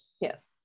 yes